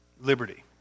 Liberty